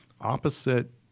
opposite